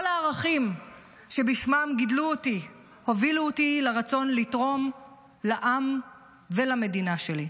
כל הערכים שבשמם גידלו אותי הובילו אותי לרצון לתרום לעם ולמדינה שלי.